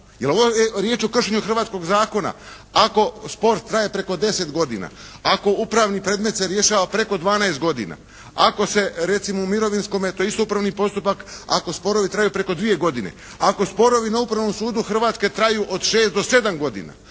Jer ovdje je riječ o kršenju hrvatskog zakona. Ako spor traje preko 10 godina, ako upravni predmet se rješava preko 12 godina. Ako se recimo u mirovinskome to je isto upravni postupak, ako sporovi traju preko dvije godine. Ako sporovi na upravnom sudu Hrvatske traju od 6 do 7 godina.